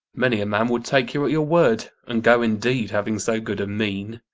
many a man would take you at your word, and go indeed, having so good a mean.